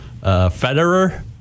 Federer